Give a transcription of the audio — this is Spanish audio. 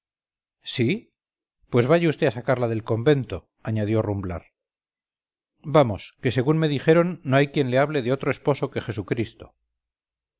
sí pues vaya vd a sacarla del convento añadió rumblar vamos que según me dijeron no hay quien le hable de otro esposo que jesucristo